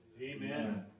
Amen